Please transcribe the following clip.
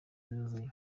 yuzuye